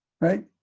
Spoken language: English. right